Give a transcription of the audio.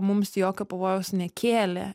mums jokio pavojaus nekėlė